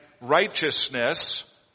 righteousness